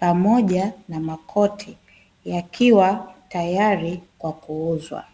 pamoja na makoti yakiwa tayari kwa kuuzwa.